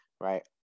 right